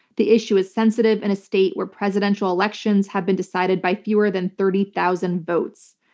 the issue is sensitive in a state where presidential elections have been decided by fewer than thirty thousand votes.